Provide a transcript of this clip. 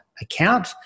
account